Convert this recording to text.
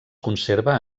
conserva